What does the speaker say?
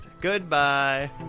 goodbye